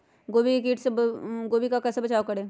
गोभी के किट से गोभी का कैसे बचाव करें?